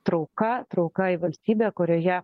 trauka trauka į valstybę kurioje